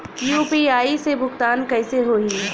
UPI से भुगतान कइसे होहीं?